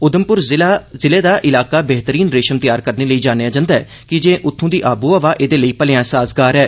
उधमंपुर जिले दा इलाका बेहतरीन रेषम तैयार करने लेई जानेआ जंदा ऐ की जे उत्थु दी आवो हवा ऐदे लेई भलेया साजगार ऐ